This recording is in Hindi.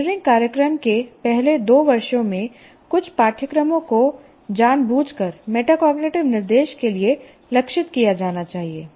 इंजीनियरिंग कार्यक्रम के पहले दो वर्षों में कुछ पाठ्यक्रमों को जानबूझकर मेटाकॉग्निटिव निर्देश के लिए लक्षित किया जाना चाहिए